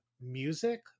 music